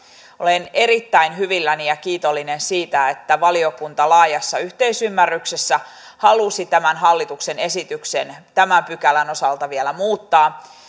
olen erittäin hyvilläni ja kiitollinen siitä että valiokunta laajassa yhteisymmärryksessä halusi tämän hallituksen esityksen tämän pykälän osalta vielä muuttaa